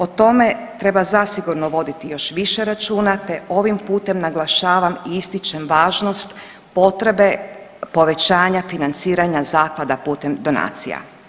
O tome treba zasigurno voditi još više računa te ovim putem naglašavam i ističem važnost potrebe povećanja financiranja zaklada putem donacija.